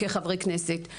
כחברי כנסת.